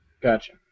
Gotcha